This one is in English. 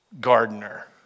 gardener